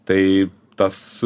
tai tas